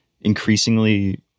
Increasingly